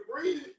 breathe